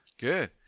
Good